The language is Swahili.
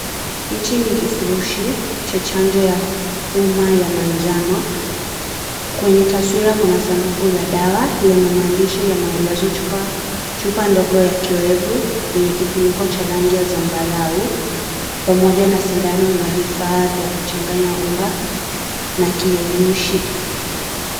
Hichi ni kifurushi cha chanjo ya homa ya manjano. Kwenye taswira kuna sanduku la dawa lenye maandishi ya maelezo , chupa ndogo ya kiowevu yenye kifuniko cha rangi ya zambarau pamoja na sindano na vifaa vya kuchanganya unga na kiyeyushi .